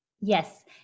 Yes